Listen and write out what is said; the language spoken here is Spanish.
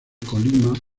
colima